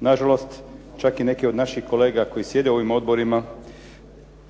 Nažalost, čak i neki od naših kolega koji sjede u ovim odborima